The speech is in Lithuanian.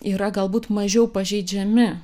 yra galbūt mažiau pažeidžiami